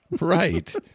right